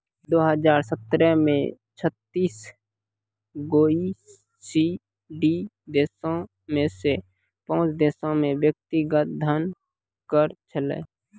दु हजार सत्रह मे छत्तीस गो ई.सी.डी देशो मे से पांच देशो पे व्यक्तिगत धन कर छलै